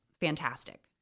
fantastic